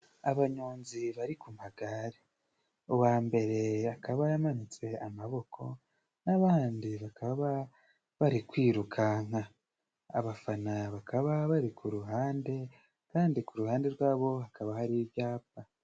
Abanyonzi bari ku magare uwa mbere akaba yamanitse amaboko, n'abandi bakaba bari kwirukanka abafana bakaba bari ku ruhande kandi ku ruhande rwabo hakaba hari ibyapa.